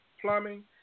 Plumbing